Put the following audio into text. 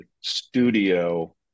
studio